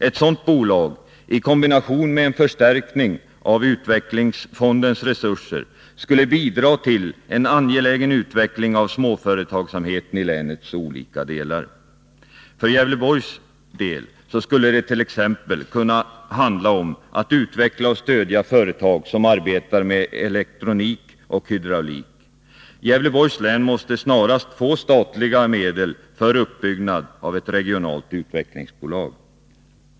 Ett sådant bolag — i kombination med en förstärkning av utvecklingsfondens resurser — skulle bidra till en angelägen utveckling av småföretagsamheten i länets olika delar. För Gävleborgs del skulle dett.ex. kunna handla om att utveckla och stödja företag som arbetar med elektronik och hydraulik. Gävleborgs län måste snarast få statliga medel för uppbyggnad av ett regionalt utvecklingsbolag.